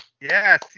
Yes